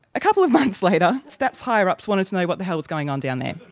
a couple of months later, stapp's higher-ups wanted to know what the hell was going on down there.